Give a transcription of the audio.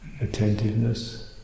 attentiveness